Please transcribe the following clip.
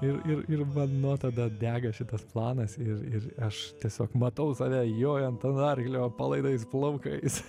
ir ir nuo tada dega šitas planas ir ir aš tiesiog matau save jojant ant arklio palaidais plaukais